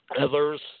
others